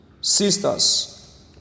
sisters